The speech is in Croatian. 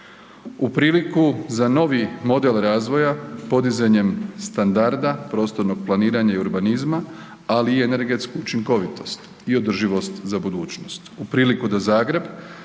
U priliku za novi model razvoja podizanjem standarda, prostornog planiranja i urbanizma, ali i energetsku učinkovitost i održivost za budućnost,